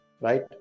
right